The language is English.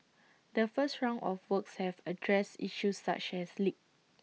the first round of works have addressed issues such as leaks